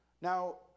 Now